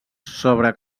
sobre